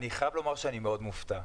אני חייב לומר שאני מאוד מופתע.